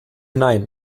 nein